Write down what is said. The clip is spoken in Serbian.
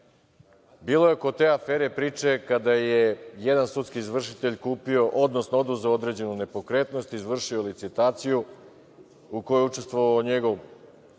bilo je oko te afere priče kada je jedan sudski izvršitelja kupio, odnosno oduzeo određenu nepokretnost, izvršio licitaciju u kojoj je učestvovao